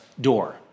door